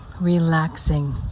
relaxing